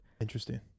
Interesting